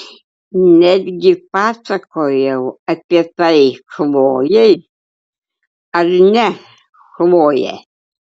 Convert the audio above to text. netgi pasakojau apie tai chlojei ar ne chloje